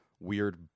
weird